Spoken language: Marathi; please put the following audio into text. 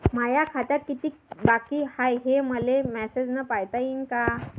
माया खात्यात कितीक बाकी हाय, हे मले मेसेजन पायता येईन का?